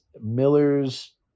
Miller's